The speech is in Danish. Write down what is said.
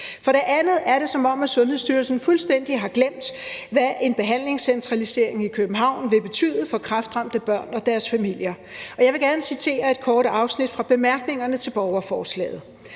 For det andet er det, som om Sundhedsstyrelsen fuldstændig har glemt, hvad en behandlingscentralisering i København vil betyde for kræftramte børn og deres familier. Og jeg vil gerne citere et kort afsnit fra bemærkningerne til borgerforslaget: